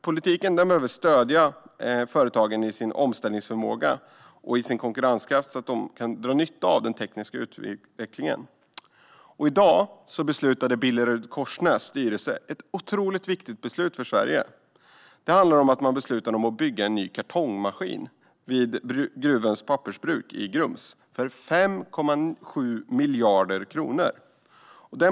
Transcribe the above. Politiken behöver stödja företagens omställningsförmåga och konkurrenskraft så att de kan dra nytta av den tekniska utvecklingen. I dag fattade Billerud Korsnäs styrelse ett otroligt viktigt beslut för Sverige. Det handlar om att man ska bygga en ny kartongmaskin vid Gruvöns pappersbruk i Grums för 5,7 miljarder kronor.